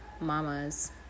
mamas